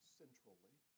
centrally